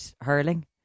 hurling